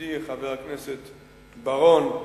ידידי חבר הכנסת בר-און,